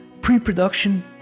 Pre-production